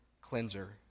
cleanser